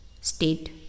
state